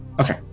Okay